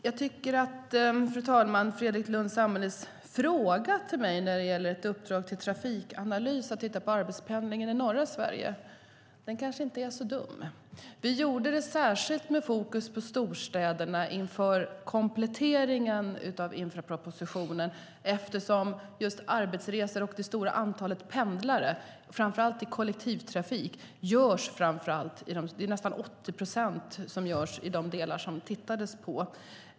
Fru talman! Jag tycker att Fredrik Lundh Sammelis fråga till mig om ett uppdrag till Trafikanalys att titta på arbetspendlingen i norra Sverige kanske inte är så dum. Vi gjorde det särskilt med fokus på storstäderna inför kompletteringen av infrastrukturpropositionen eftersom just arbetsresor av det stora antalet pendlare, framför allt i kollektivtrafik, till nästan 80 procent görs i storstäderna.